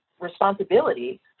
responsibility